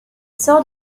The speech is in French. sort